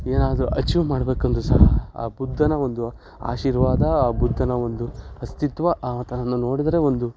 ಏನಾದ್ರೂ ಅಛೀವ್ ಮಾಡ್ಬೇಕಂದ್ರೂ ಸಹ ಆ ಬುದ್ಧನ ಒಂದು ಆಶೀರ್ವಾದ ಆ ಬುದ್ಧನ ಒಂದು ಅಸ್ತಿತ್ವ ಆತನನ್ನು ನೋಡಿದ್ರೆ ಒಂದು